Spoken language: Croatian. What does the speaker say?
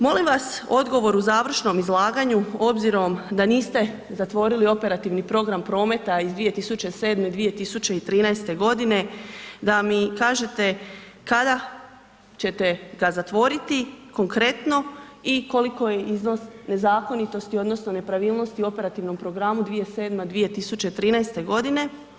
Molim vas odgovor u završnom izlaganju, obzirom da niste zatvorili Operativni program prometa iz 2013.2013. godine, da mi kažete kada ćete ga zatvoriti, konkretno i koliko je iznos nezakonitosti odnosno nepravilnosti u Operativnom programu 2007.-2013. godine.